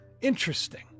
Interesting